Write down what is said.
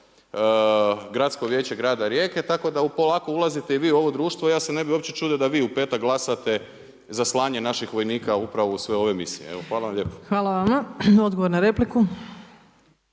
Gradsko vijeće grada Rijeke tako da polako ulazite i vi u ovo društvo. Ja se ne bi uopće čudio da vi u petak glasate za slanje naših vojnika upravo u sve ove misije. Hvala vam lijepo. **Opačić, Milanka (SDP)** Hvala. Odgovor na repliku.